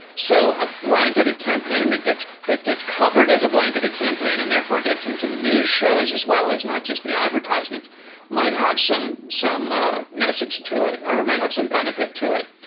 so a blanket ad campaign that gets that gets covered as a blanket ad campaign and therefore gets into the news shows, as well as not just the advertisements might have some some ah message to it or might have some benefit to it.